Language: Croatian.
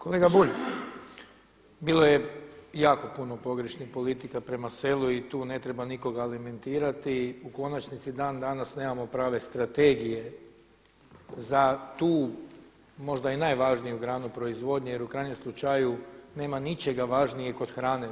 Kolega Bulj, bilo je jako puno pogrešnih politika prema selu i tu ne treba nikoga alimentirati, u konačnici dan danas nemamo prave strategije za tu možda i najvažniju granu proizvodnje jer u krajnjem slučaju nema ničijeg važnijeg od hrane.